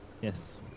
Yes